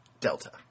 Delta